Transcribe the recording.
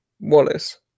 Wallace